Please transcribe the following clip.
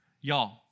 Y'all